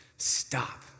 stop